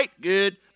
good